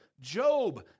Job